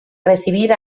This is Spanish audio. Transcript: recibir